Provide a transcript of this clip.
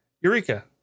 Eureka